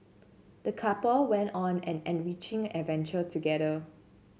the couple went on an enriching adventure together